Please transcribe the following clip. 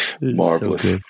Marvelous